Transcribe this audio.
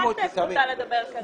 אני מגנה על זכותה לדבר.